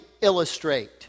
illustrate